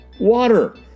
Water